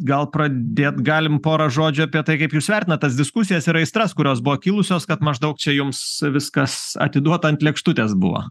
gal pradėt galim porą žodžių apie tai kaip jūs vertinat tas diskusijas ir aistras kurios buvo kilusios kad maždaug čia jums viskas atiduota ant lėkštutės buvo